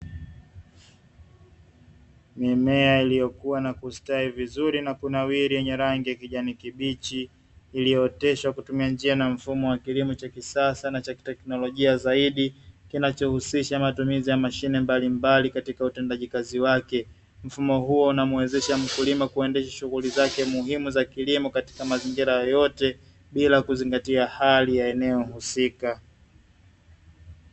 Mimea iliyokuwa na kustawi vizuri na kunawiri yenye rangi ya kijani kibichi, iliyooteshwa kwa kutumia njia na mfumo wa kilimo cha kisasa na cha kitechnolojia zaidi, kinachohusisha matumizi ya mashine mbalimbali katika utendaji kazi wake. Mfumo huo unamuwezesha mkulima kuendesha shughuli zake muhimu za kilimo katika mazingira yoyote, bila kuzingatia hali ya eneo husika.